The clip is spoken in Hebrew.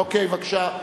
אוקיי, בבקשה.